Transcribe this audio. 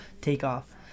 takeoff